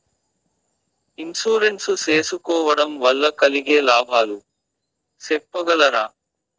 Insurance సేసుకోవడం వల్ల కలిగే లాభాలు సెప్పగలరా?